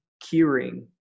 curing